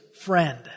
friend